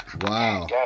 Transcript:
wow